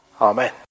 Amen